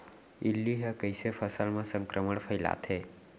इल्ली ह कइसे फसल म संक्रमण फइलाथे?